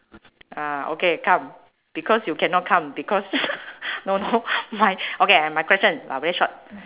ah okay calm because you cannot calm because no no my okay I my question uh very short